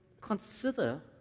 consider